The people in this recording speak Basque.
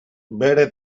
bere